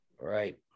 Right